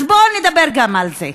אז בוא נדבר גם על זה.